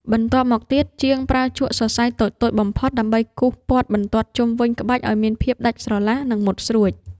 បន្ទាប់មកទៀត ជាងប្រើជក់សរសៃតូចៗបំផុតដើម្បីគូសព័ទ្ធបន្ទាត់ជុំវិញក្បាច់ឱ្យមានភាពដាច់ស្រឡះ និងមុតស្រួច។